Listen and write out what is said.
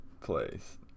place